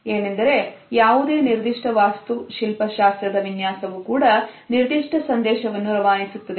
ಏನೆಂದರೆ ಯಾವುದೇ ನಿರ್ದಿಷ್ಟ ವಾಸ್ತುಶಲ್ಪ ಶಾಸ್ತ್ರದ ವಿನ್ಯಾಸವು ಕೂಡ ನಿರ್ದಿಷ್ಟ ಸಂದೇಶವನ್ನು ರವಾನಿಸುತ್ತದೆ